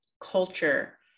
culture